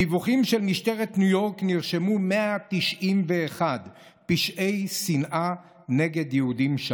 בדיווחים של משטרת ניו יורק נרשמו 191 פשעי שנאה נגד יהודים.